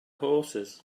horses